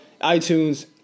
iTunes